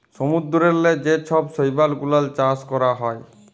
সমুদ্দূরেল্লে যে ছব শৈবাল গুলাল চাষ ক্যরা হ্যয়